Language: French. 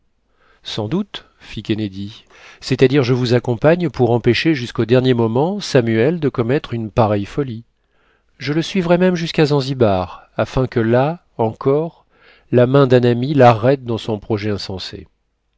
sans doute fit kennedy c'est-à-dire je vous accompagne pour empêcher jusqu'au dernier moment samuel de commettre une pareille folie je le suivrai même jusqu'à zanzibar afin que là encore la main d'un ami larrête dans son projet insensé